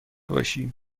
باشی